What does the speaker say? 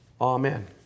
Amen